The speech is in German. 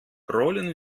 rollen